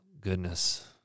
goodness